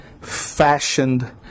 fashioned